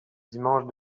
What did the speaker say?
dimanche